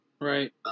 Right